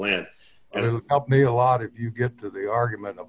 land and help me a lot if you get to the argument of